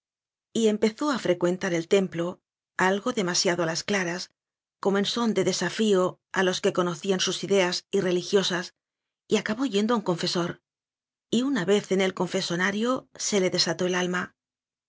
curarle y empezó a frecuentar el templo algo demasiado a las claras como en son de desafío a los que conocían sus ideas irreligiosas y acabó yendo a un confesor y una vez en el confesonario se le desató el alma